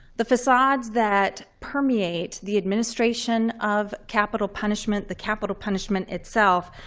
the facades that permeate the administration of capital punishment, the capital punishment itself,